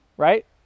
right